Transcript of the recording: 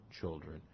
children